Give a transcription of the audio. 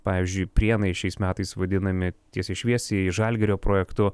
pavyzdžiui prienai šiais metais vadinami tiesiai šviesiai žalgirio projektu